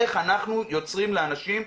איך אנחנו יוצרים לאנשים,